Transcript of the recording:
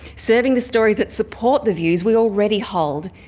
serving the stories that support the views we already hold,